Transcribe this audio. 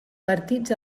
partits